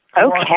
Okay